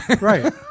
Right